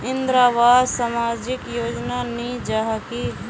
इंदरावास सामाजिक योजना नी जाहा की?